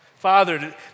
Father